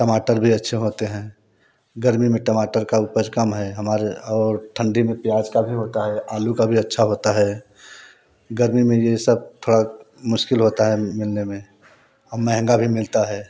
टमाटर भी अच्छे होते हैं गर्मी में टमाटर का उपज कम है हमारे और ठंडी में प्याज का भी होता है आलू का भी अच्छा होता है गर्मी में ये सब थोड़ा मुश्किल होता है मिलने में और महँगा भी मिलता है